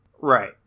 Right